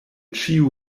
ĉiu